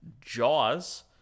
Jaws